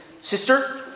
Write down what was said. sister